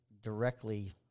directly